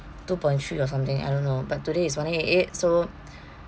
two point three or something I don't know but today it's one eight eight so